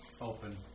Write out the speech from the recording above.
open